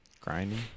Grinding